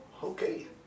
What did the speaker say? Okay